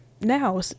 now